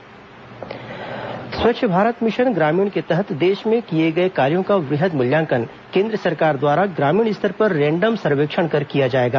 स्वच्छता सर्वेक्षण स्वच्छ भारत मिशन ग्रामीण के तहत देश में किए गए कार्यों का वृहद मूल्यांकन केन्द्र सरकार द्वारा ग्रामीण स्तर पर रेंडम सर्वेक्षण कर किया जाएगा